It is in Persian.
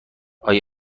آیا